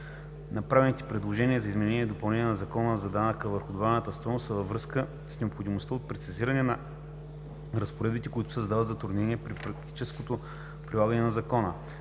Направените предложения за изменение и допълнение на Закона за данък върху добавената стойност са във връзка с необходимостта от прецизиране на разпоредби, които създават затруднения при практическото прилагане на закона.